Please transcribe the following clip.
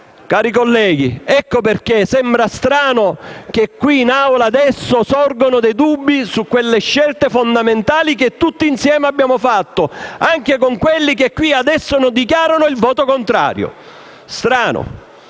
Commissione; ecco perché sembra strano che qui in Aula adesso sorgano dei dubbi su quelle scelte fondamentali che tutti insieme abbiamo fatto, anche con quelli che qui adesso dichiarano il loro voto contrario. Strano.